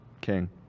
King